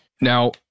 Now